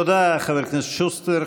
תודה, חבר הכנסת שוסטר.